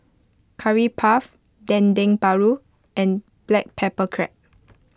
Curry Puff Dendeng Paru and Black Pepper Crab